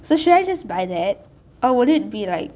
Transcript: so should I just buy that or would it be like